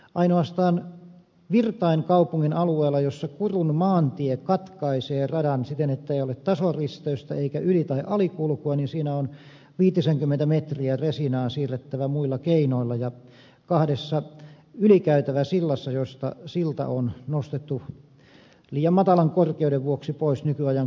ainoastaan virtain kaupungin alueella missä kurun maantie katkaisee radan siten että ei ole tasoristeystä eikä yli tai alikulkua on viitisenkymmentä metriä resiinaa siirrettävä muilla keinoilla ja kahdessa ylikäytävässä joista silta on nostettu liian matalan korkeuden vuoksi pois nykyajan kulkuvälineille